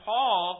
Paul